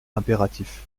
impératif